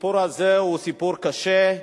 הסיפור הזה הוא סיפור קשה.